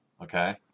okay